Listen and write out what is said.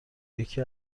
یکی